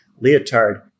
Leotard